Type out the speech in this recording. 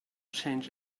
change